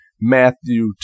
Matthew